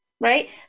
right